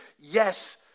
yes